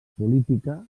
política